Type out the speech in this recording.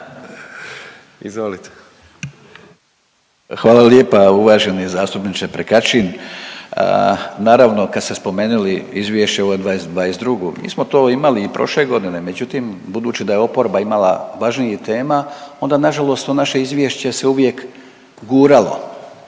Hvala lijepa uvaženi zastupniče Prkačin. Naravno, kad ste spomenili izvješće ova '22. mi smo to imali i prošle godine, međutim, budući da je oporba imala važnijih tema, onda nažalost to naše izvješće se uvijek guralo,